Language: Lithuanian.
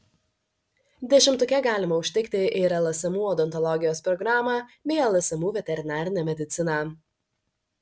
dešimtuke galima užtikti ir lsmu odontologijos programą bei lsmu veterinarinę mediciną